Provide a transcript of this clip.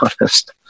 honest